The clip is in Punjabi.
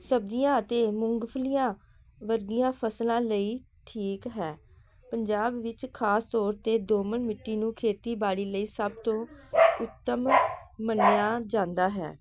ਸਬਜ਼ੀਆਂ ਅਤੇ ਮੂੰਗਫਲੀਆਂ ਵਰਗੀਆਂ ਫਸਲਾਂ ਲਈ ਠੀਕ ਹੈ ਪੰਜਾਬ ਵਿੱਚ ਖ਼ਾਸ ਤੌਰ 'ਤੇ ਦੋਮਨ ਮਿੱਟੀ ਨੂੰ ਖੇਤੀਬਾੜੀ ਲਈ ਸਭ ਤੋਂ ਉੱਤਮ ਮੰਨਿਆ ਜਾਂਦਾ ਹੈ